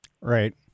Right